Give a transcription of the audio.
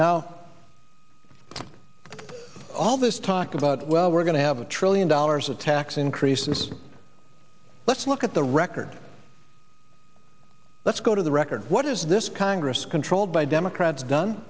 now all this talk about well we're going to have a trillion dollars of tax increases let's look at the record let's go to the record what is this congress controlled by democrats done